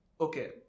Okay